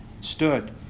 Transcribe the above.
stood